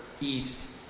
East